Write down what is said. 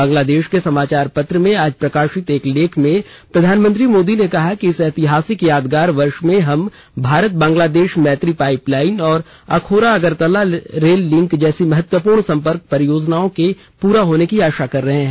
बांग्लादेश के समाचार पत्र में आज प्रकाशित एक लेख में प्रधानमंत्री मोदी ने कहा कि इस ऐतिहासिक यादगार वर्ष में हम भारत बांग्लादेश मैत्री पाइपलाइन और अखोरा अगरतला रेल लिंक जैसी महत्वपूर्ण सम्पर्क परियोजनाओं के पूरा होने की आशा कर रहे हैं